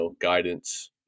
guidance